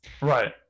Right